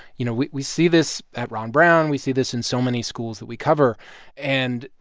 you know, we we see this at ron brown. we see this in so many schools that we cover and,